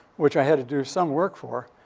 which i had to do some work for.